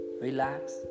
relax